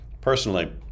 personally